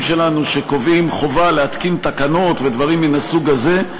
שלנו שקובעים חובה להתקין תקנות ודברים מן הסוג הזה.